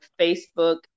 Facebook